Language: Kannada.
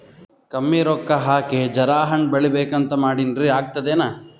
ಕಮ್ಮಿ ರೊಕ್ಕ ಹಾಕಿ ಜರಾ ಹಣ್ ಬೆಳಿಬೇಕಂತ ಮಾಡಿನ್ರಿ, ಆಗ್ತದೇನ?